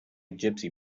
gypsy